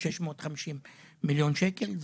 650 מיליון שקל.